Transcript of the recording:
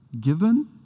given